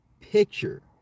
picture